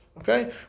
Okay